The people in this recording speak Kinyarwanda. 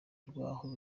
rw’aho